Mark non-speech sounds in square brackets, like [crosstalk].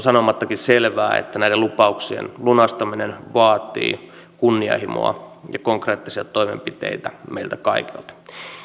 [unintelligible] sanomattakin selvää että näiden lupauksien lunastaminen vaatii kunnianhimoa ja konkreettisia toimenpiteitä meiltä kaikilta